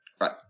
Right